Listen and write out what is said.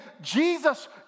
Jesus